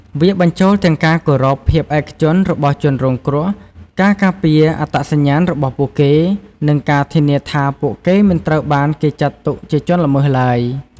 វាបញ្ចូលទាំងការគោរពភាពឯកជនរបស់ជនរងគ្រោះ ការការពារអត្តសញ្ញាណរបស់ពួកគេ និងការធានាថាពួកគេមិនត្រូវបានគេចាត់ទុកជាជនល្មើសឡើយ។